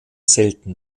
selten